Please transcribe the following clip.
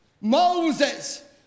Moses